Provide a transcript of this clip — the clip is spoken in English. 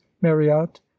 Marriott